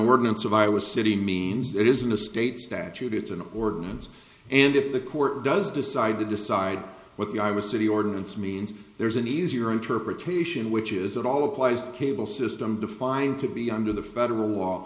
ordinance of iowa city means it isn't a state statute it's an ordinance and if the court does decide to decide what the i was a city ordinance means there's an easier interpretation which is that all applies cable system defined to be under the federal law